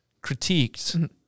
critiqued